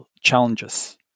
challenges